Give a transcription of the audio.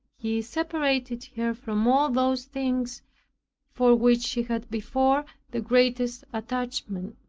he separated her from all those things for which she had before the greatest attachment.